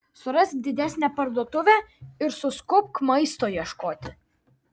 surask didesnę parduotuvę ir suskubk maisto ieškoti